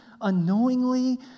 unknowingly